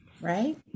right